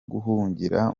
guhungira